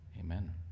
Amen